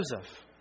Joseph